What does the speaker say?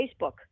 Facebook